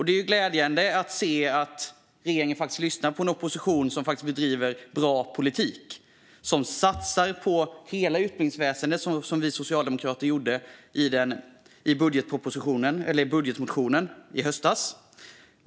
Det är glädjande att se att regeringen faktiskt lyssnar på en opposition som bedriver bra politik och som satsar på hela utbildningsväsendet, som vi socialdemokrater gjorde i budgetmotionen i höstas.